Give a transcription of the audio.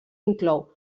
inclou